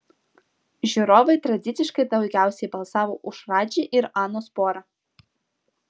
žiūrovai tradiciškai daugiausiai balsavo už radži ir anos porą